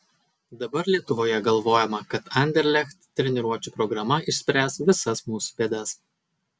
dabar lietuvoje galvojama kad anderlecht treniruočių programa išspręs visas mūsų bėdas